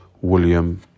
William